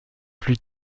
plus